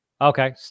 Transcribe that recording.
Okay